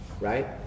right